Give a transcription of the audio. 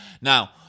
Now